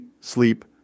sleep